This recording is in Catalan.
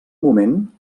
moment